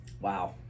Wow